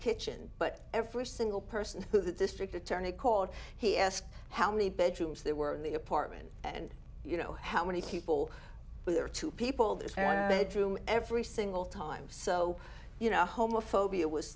kitchen but every single person who the district attorney called he asked how many bedrooms there were in the apartment and you know how many people were there two people there's room every single time so you know homophobia was